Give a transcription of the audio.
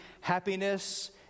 happiness